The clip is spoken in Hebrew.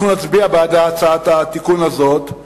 אנחנו נצביע בעד הצעת התיקון הזאת,